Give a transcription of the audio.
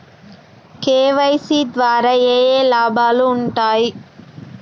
KYC ద్వారా ఏఏ లాభాలు ఉంటాయి?